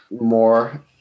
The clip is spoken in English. more